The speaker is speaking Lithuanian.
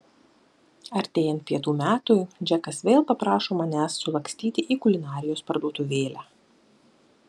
artėjant pietų metui džekas vėl paprašo manęs sulakstyti į kulinarijos parduotuvėlę